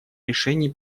решений